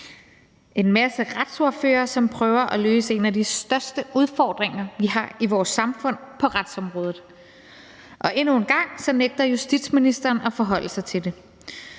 en masse retsordførere, som prøver at løse en af de største udfordringer, vi har i vores samfund på retsområdet, og endnu en gang nægter justitsministeren at forholde sig til det.